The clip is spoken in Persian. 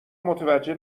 متوجه